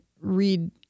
read